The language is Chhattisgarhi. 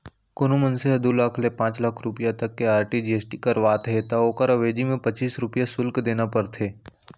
कोनों मनसे ह दू लाख ले पांच लाख रूपिया तक के आर.टी.जी.एस करावत हे त ओकर अवेजी म पच्चीस रूपया सुल्क देना परथे